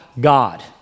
God